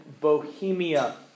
Bohemia